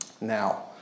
Now